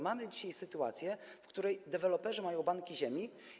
Mamy dzisiaj sytuację, w której deweloperzy mają banki ziemi.